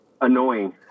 Annoying